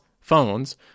phones